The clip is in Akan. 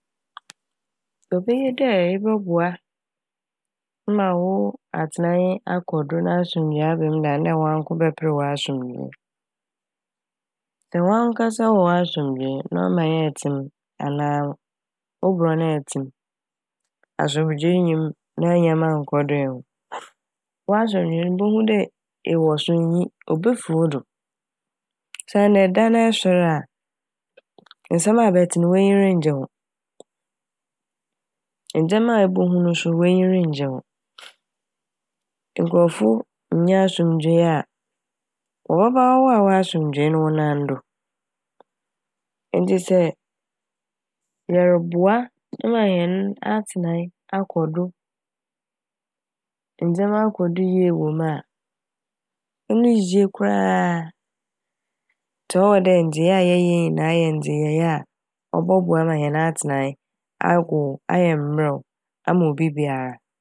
Obeye dɛ ebɔboa ma wo atsenae akɔ do na asomdwee aba m' "than" dɛ wanko bɛper w'asomdwee. Sɛ wankasa wɔ w'asomdwee na ɔman a ɛtse m' anaa wo brɔn a ɛtse m' asomdwee nnyim na nyɛma nnkɔ do ehu w'asomdwee no ibohu dɛ ewɔ so nnyi obefi wo do osiandɛ eda na ɛsoɛr a nsɛm a ɛbɛtse no w'enyi renngye ho, ndzɛma a ebohu so no w'enyi renngye ho nkorɔfo nnya asomdwee a wɔbɛba ɔwɔ a ewɔ asomdwee no ne wo nan do. Ntsi sɛ yɛroboa ema hɛn atsenae akɔ do ndzɛma akɔ do yie wɔ mu a ɛno ye koraa a ntsi ɔwɔ dɛ ndzeyɛɛ a yɛyɛ nyinaa yɛ ndzeyɛe a ɔbɔboa ma hɛn atsenae agow ayɛ mbrɛw ama obi biara.